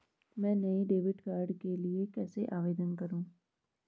मैं नए debit card के लिए कैसे आवेदन करूं?